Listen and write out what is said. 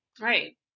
Right